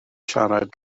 siarad